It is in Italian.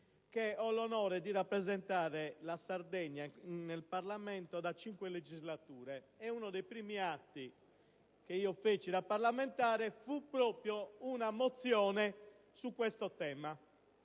che ho l'onore di rappresentare la Sardegna in Parlamento da cinque legislature, e uno dei primi atti che feci da parlamentare fu proprio presentare una mozione sul tema